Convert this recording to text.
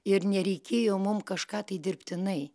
ir nereikėjo mum kažką tai dirbtinai